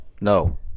No